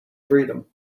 freedom